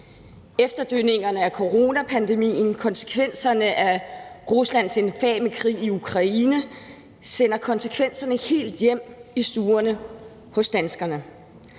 Efterdønningerne af coronapandemien og konsekvenserne af Ruslands infame krig i Ukraine sender konsekvenser helt hjem i stuerne hos danskerne.